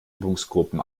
übungsgruppen